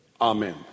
Amen